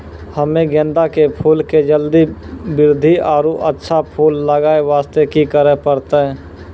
हम्मे गेंदा के फूल के जल्दी बृद्धि आरु अच्छा फूल लगय वास्ते की करे परतै?